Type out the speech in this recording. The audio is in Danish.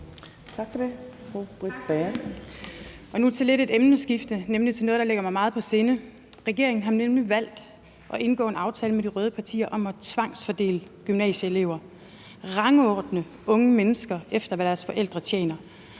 nu til lidt et emneskifte, nemlig til noget, der ligger mig meget på sinde. Regeringen har nemlig valgt at indgå en aftale med de røde partier om at tvangsfordele gymnasieelever, rangordne unge mennesker efter, hvad deres forældre tjener,